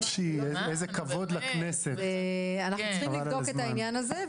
אנחנו צריכים לבדוק את העניין הזה.